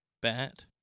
Bat